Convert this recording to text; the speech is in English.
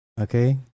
Okay